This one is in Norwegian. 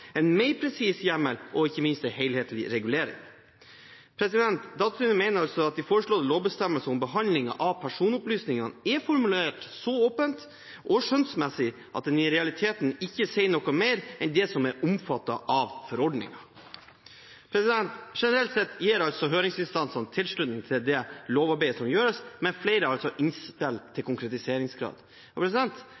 en mer presis hjemmel, og ikke minst en helhetlig regulering. Datatilsynet mener altså at de foreslåtte lovbestemmelser om behandlingen av personopplysningene er formulert så åpent og skjønnsmessig at en i realiteten ikke sier noe mer enn det som er omfattet av forordningen. Generelt sett gir altså høringsinstansene tilslutning til det lovarbeidet som gjøres, med flere innspill til